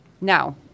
Now